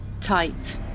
Tight